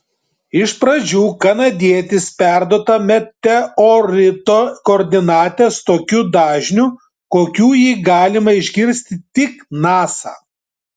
iš pradžių kanadietis perduoda meteorito koordinates tokiu dažniu kokiu jį gali išgirsti tik nasa